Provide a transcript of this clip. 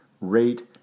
rate